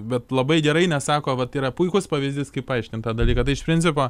bet labai gerai nes sako vat yra puikus pavyzdys kaip paaiškinti tą dalyką tai iš principo